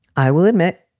i will admit,